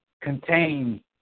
contain